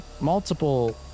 multiple